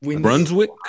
brunswick